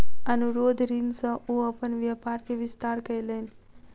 अनुरोध ऋण सॅ ओ अपन व्यापार के विस्तार कयलैन